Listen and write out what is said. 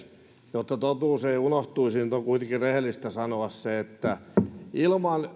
jotta totuus ei unohtuisi nyt on kuitenkin rehellistä sanoa se että ilman